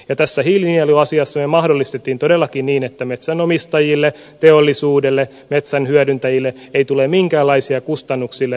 tässä hiilinieluasiassa me mahdollistimme todellakin niin että metsänomistajille teollisuudelle metsän hyödyntäjille ei tule minkäänlaisia kustannuksia